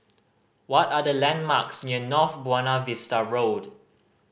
what are the landmarks near North Buona Vista Road